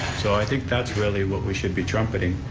so i think that's really what we should be trumpeting,